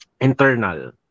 internal